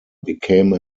became